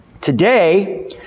Today